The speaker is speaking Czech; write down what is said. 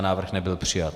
Návrh nebyl přijat.